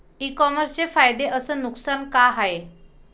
इ कामर्सचे फायदे अस नुकसान का हाये